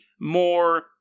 more